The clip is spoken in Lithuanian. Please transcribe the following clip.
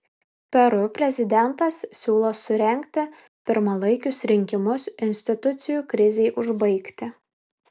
peru prezidentas siūlo surengti pirmalaikius rinkimus institucijų krizei užbaigti